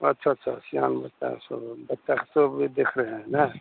अच्छा अच्छा शाम होता है सुबह देखता है तो अभी देख रहे हैं न